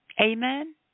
Amen